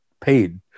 paid